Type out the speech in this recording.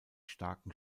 starken